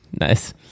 Nice